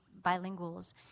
bilinguals